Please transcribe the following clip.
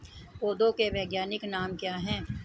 पौधों के वैज्ञानिक नाम क्या हैं?